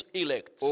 elect